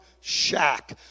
shack